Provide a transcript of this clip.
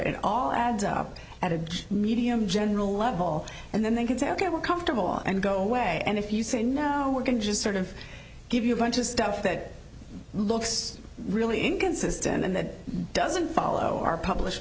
it all adds up at a medium general level and then they can say ok we're comfortable and go away and if you say no we're going to just sort of give you a bunch of stuff that looks really inconsistent and that doesn't follow our published